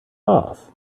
off